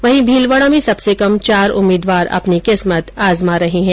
वहीं भीलवाडा में सबसे कम चार उम्मीदवार अपनी किस्मत आजमा रहे है